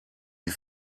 die